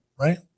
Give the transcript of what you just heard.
right